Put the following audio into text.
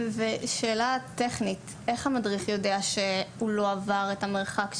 שאלה טכנית: איך המדריך יודע שהוא לא עבר את המרחק?